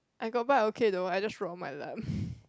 I got bike okay though I just rode on my lab